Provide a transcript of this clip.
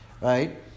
right